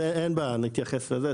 אנין בעיה, נתייחס לזה.